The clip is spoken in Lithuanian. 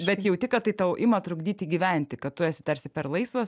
bet jauti kad tai tau ima trukdyti gyventi kad tu esi tarsi per laisvas